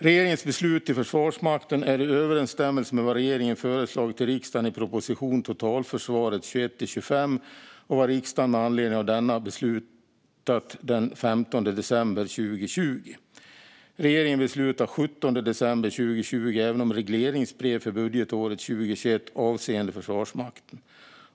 Regeringens beslut för Försvarsmakten är i överenstämmelse med vad regeringen föreslagit till riksdagen i propositionen Totalförsvaret 2021 - 2025 och vad riksdagen med anledning av denna beslutat den 15 december 2020. Regeringen beslutade den 17 december 2020 även om regleringsbrev för budgetåret 2021 avseende Försvarsmakten.